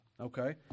okay